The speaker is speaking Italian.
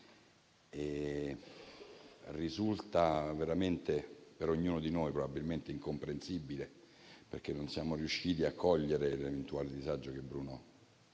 Risulta per ognuno di noi probabilmente incomprensibile il suo gesto. Non siamo riusciti a cogliere l'eventuale disagio che Bruno